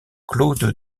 claude